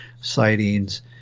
sightings